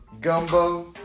Gumbo